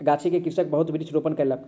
गाछी में कृषक बहुत वृक्ष रोपण कयलक